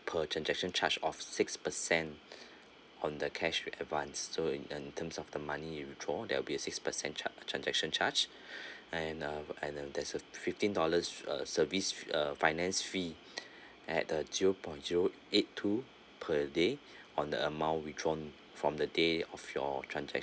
per transaction charge of six per cent on the cash with advanced so in in terms of the money you withdraw there'll be six percent charge transaction charged and uh and uh there's a fifteen dollars uh service uh finance fees at the zero point zero eight two per day on the amount withdrawn from the day of your transac~